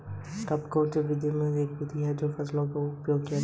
top dressing विधि उनमें से एक विधि है जो खड़ी फसलों के लिए उपयोग किया जाता है